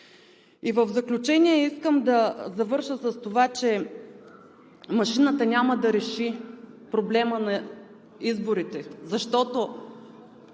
И в заключение искам да завърша с това, че машината няма да реши проблема на изборите, защото